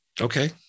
Okay